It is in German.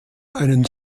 einen